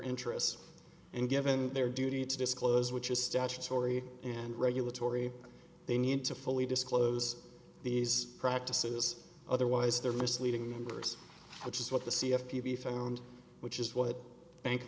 interests and given their duty to disclose which is statutory and regulatory they need to fully disclose these practices otherwise they're misleading members which is what the c f p be found which is what bank